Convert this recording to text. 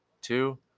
Two